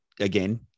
again